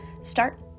start